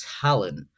talent